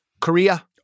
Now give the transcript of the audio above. Korea